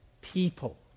people